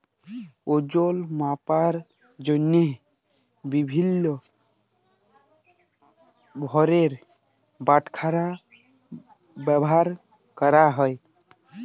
ওজল মাপার জ্যনহে বিভিল্ল্য ভারের বাটখারা ব্যাভার ক্যরা হ্যয়